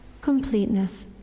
completeness